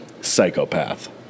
psychopath